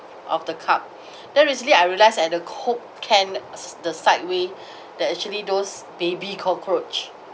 of the cup then recently I realised at the coke can the side way there are actually those baby cockroach